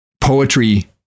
poetry